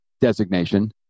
designation